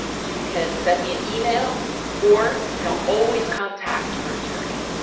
um you can send me an email or, you know, always contact your attorney,